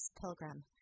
pilgrim